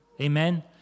Amen